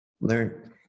learn